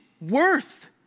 worth